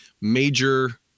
major